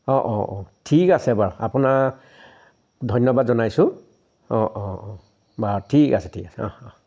অ' অ' অ' ঠিক আছে বাৰু আপোনাৰ ধন্যবাদ জনাইছোঁ অ' অ' অ' বাৰু ঠিক আছে ঠিক আছে অ' অ'